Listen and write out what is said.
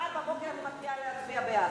מחר בבוקר אני מתחילה להצביע בעד.